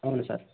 అవును సార్